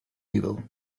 evil